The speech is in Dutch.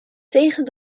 tegen